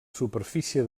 superfície